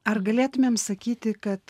ar galėtumėm sakyti kad